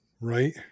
right